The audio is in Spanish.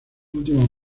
últimos